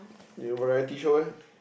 your variety show eh